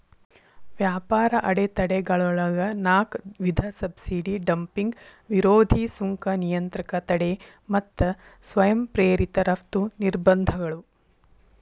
ವ್ಯಾಪಾರ ಅಡೆತಡೆಗಳೊಳಗ ನಾಕ್ ವಿಧ ಸಬ್ಸಿಡಿ ಡಂಪಿಂಗ್ ವಿರೋಧಿ ಸುಂಕ ನಿಯಂತ್ರಕ ತಡೆ ಮತ್ತ ಸ್ವಯಂ ಪ್ರೇರಿತ ರಫ್ತು ನಿರ್ಬಂಧಗಳು